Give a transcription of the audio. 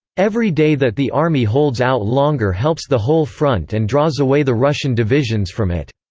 every day that the army holds out longer helps the whole front and draws away the russian divisions from it.